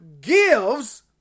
gives